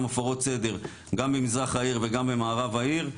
הפרות סדר גם במזרח העיר וגם במערב העיר,